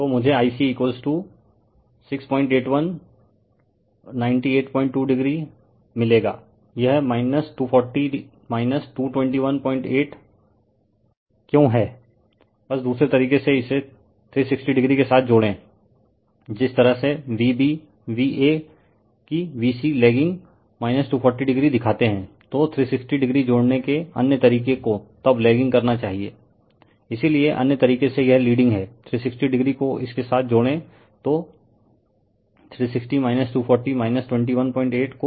तो मुझे Ic 681982o मिलेगा यह 240 2218o क्यों है बस दुसरे तरीके से इसे 360o के साथ जोड़े जिस तरह से vb va कि vc लेग्गिंग 240o दिखाते हैं तो 360o जोड़ने के अन्य तरीके को तब लेगिंग करना चाहिएरिफर टाइम 250 इसीलिए अन्य तरीके से यह लीडिंग हैं 360o को इसके साथ जोड़े तो 360 240 218 को 982o एम्पीयर मिलेगा